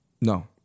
No